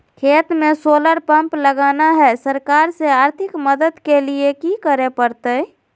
खेत में solar pump लगाना है, सरकार से आर्थिक मदद के लिए की करे परतय?